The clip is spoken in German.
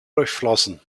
durchflossen